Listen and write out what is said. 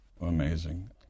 Amazing